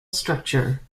structure